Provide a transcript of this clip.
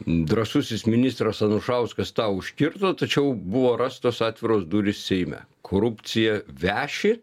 drąsusis ministras anušauskas tą užkirto tačiau buvo rastos atviros durys seime korupcija veši